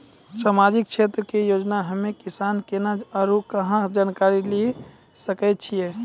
समाजिक क्षेत्र के योजना हम्मे किसान केना आरू कहाँ जानकारी लिये सकय छियै?